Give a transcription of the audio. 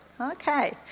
Okay